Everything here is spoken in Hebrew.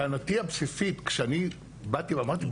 טענתי הבסיסית כשאני באתי ואמרתי,